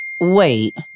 Wait